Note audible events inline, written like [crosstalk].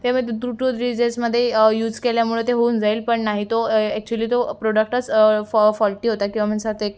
[unintelligible] to two three डेजमध्ये use केल्यामुळे ते होऊन जाईल पण नाही तो ॲक्चुअली तो प्रॉडक्टच फॉ फॉल्टी होता [unintelligible]